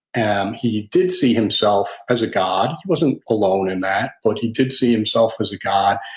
and he did see himself as a god. he wasn't alone in that, but he did see himself as a god,